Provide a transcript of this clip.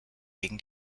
gegen